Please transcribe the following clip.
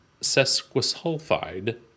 sesquisulfide